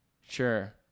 sure